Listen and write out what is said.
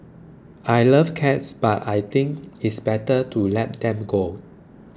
I love cats but I think it's better to let them go